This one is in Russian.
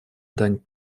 дань